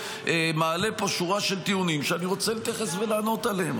מעלה פה שורה של טיעונים שאני רוצה להתייחס ולענות עליהם,